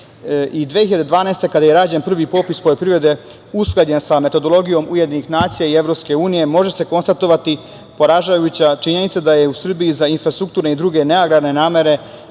godine, kada je rađen prvi popis poljoprivrede usklađen sa metodologijom UN i EU, može se konstatovati poražavajuća činjenica da je u Srbiji za infrastrukturne i druge neagrarne namere